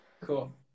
Cool